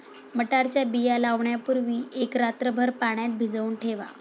मटारच्या बिया लावण्यापूर्वी एक रात्रभर पाण्यात भिजवून ठेवा